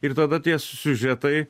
ir tada tie siužetai